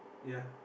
ya